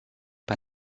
par